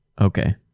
Okay